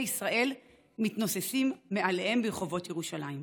ישראל מתנוססים מעליהם ברחובות ירושלים,